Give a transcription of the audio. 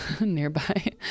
nearby